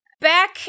back